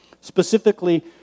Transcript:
specifically